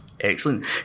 Excellent